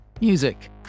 music